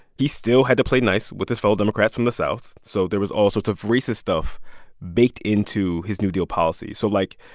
he still had to play nice with his fellow democrats from the south, so there was all sorts of racist stuff baked into his new deal policies. so, like,